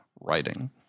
writing